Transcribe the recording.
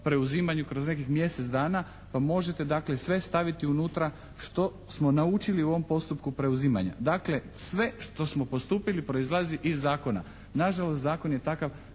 preuzimanju kroz nekih mjesec dana pa možete dakle sve staviti unutra što smo naučili u ovom postupku preuzimanja. Dakle sve što smo postupili proizlazi iz zakona. Na žalost zakon je takav